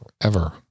forever